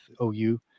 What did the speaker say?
OU